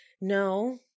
no